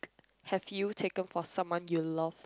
have you taken for someone you love